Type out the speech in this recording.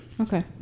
okay